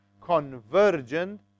convergent